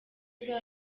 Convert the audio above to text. bwa